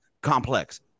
complex